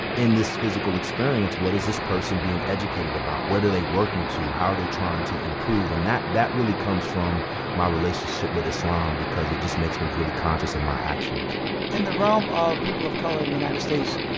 in this physical experience, what is this person being educated about? what are they working to? how are they trying to improve? and that that really comes from my relationship with islam because it just makes me really conscious of my actions in the realm of people of color in the united states,